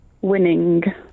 Winning